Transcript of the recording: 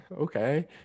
Okay